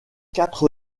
quatre